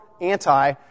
anti